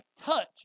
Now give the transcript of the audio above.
touch